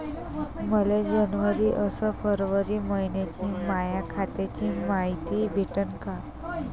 मले जनवरी अस फरवरी मइन्याची माया खात्याची मायती भेटन का?